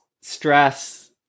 stress